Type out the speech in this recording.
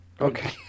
Okay